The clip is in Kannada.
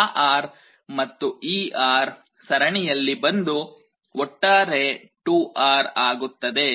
ಆ R ಮತ್ತು ಈ R ಸರಣಿಯಲ್ಲಿ ಬಂದು ಒಟ್ಟಾರೆ 2R ಆಗುತ್ತದೆ